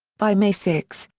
by may six,